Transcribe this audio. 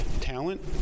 talent